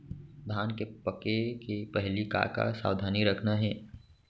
धान के पके के पहिली का का सावधानी रखना हे?